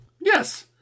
Yes